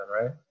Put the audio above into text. right